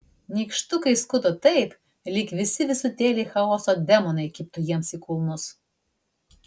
nykštukai skuto taip lyg visi visutėliai chaoso demonai kibtų jiems į kulnus